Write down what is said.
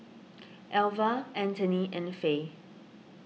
Alvah Antony and Faye